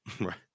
right